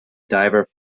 diver